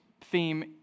theme